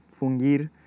fungir